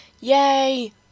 Yay